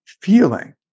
feeling